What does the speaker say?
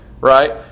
right